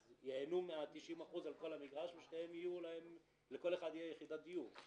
אז ייהנו מה-90% על כל המגרש ולכל אחד תהיה יחידת דיור,